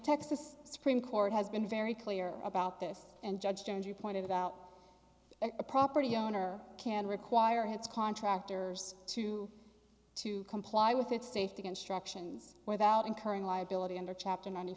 texas supreme court has been very clear about this and judge jones you pointed out a property owner can require heads contractors to to comply with its safety instructions without incurring liability under chapter ninety